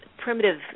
primitive